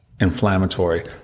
inflammatory